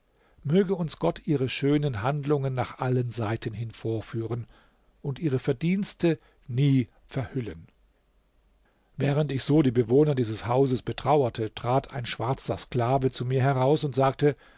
möge uns gott ihre schönen handlungen nach allen seiten hin vorführen und ihre verdienste nie verhüllen während ich so die bewohner dieses hauses betrauerte trat ein schwarzer sklave zu mir heraus und sagte